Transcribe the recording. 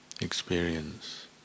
experience